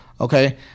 Okay